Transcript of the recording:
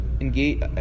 engage